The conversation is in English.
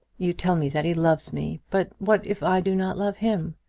you tell me that he loves me but what if i do not love him?